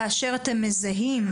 כאשר אתם מזהים,